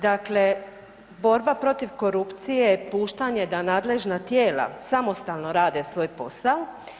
Dakle borba protiv korupcije je puštanje da nadležna tijela samostalno rade svoj posao.